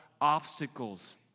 obstacles